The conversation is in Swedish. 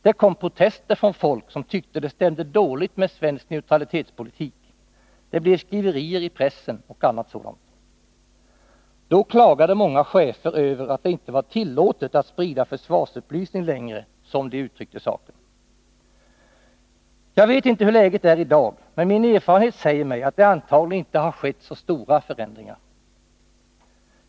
Det kom protester från folk som tyckte det stämde dåligt med svensk neutralitetspolitik, det blev skriverier i pressen och annat sådant. Då klagade många chefer över att det inte var tillåtet att sprida försvarsupplysning längre, som de uttryckte saken. Jag vet inte hur läget är i dag, men min erfarenhet säger mig att det antagligen inte har skett så stora förändringar.